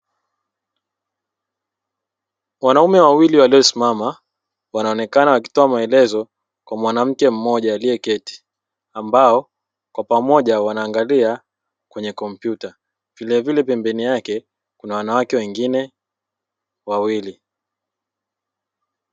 Wanaume wawili waliosimama wanaonekana wakitoa maelezo kwa mwanaume mmoja aliyesimama wanaonekana wakitoa maelezo kwa mwanamke mmoja aliyeketi na pembeni yao kuna wanawake wawili.